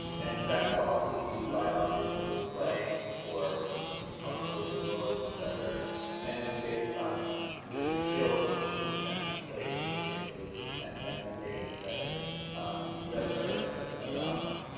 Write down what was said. and that could also be, by audition, you would play for probably the viola professor and based on your skills you could potentially be placed with a chamber group and and that could be taken for credit. so that's another that's another option.